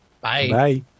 Bye